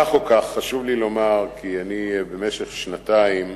כך או כך, חשוב לי לומר, כי אני עבדתי במשך שנתיים